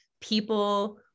people